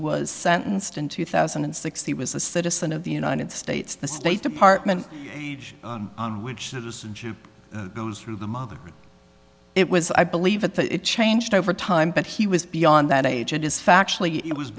was sentenced in two thousand and six he was a citizen of the united states the state department age on which citizenship goes through the mother it was i believe that it changed over time but he was beyond that age it is factually it was